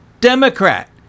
Democrat